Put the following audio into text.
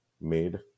made